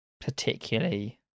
particularly